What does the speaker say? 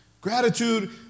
Gratitude